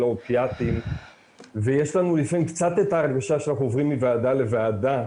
האופיאטים ויש לנו לפעמים קצת את ההרגשה שאנחנו עוברים מוועדה לוועדה.